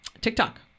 TikTok